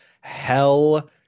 hell